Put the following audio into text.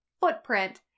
footprint